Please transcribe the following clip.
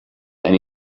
any